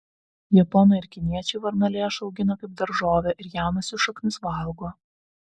japonai ir kiniečiai varnalėšą augina kaip daržovę ir jaunas jų šaknis valgo